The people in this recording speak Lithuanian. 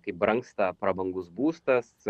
kai brangsta prabangus būstas